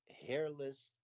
hairless